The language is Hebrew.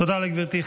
תודה לגברתי.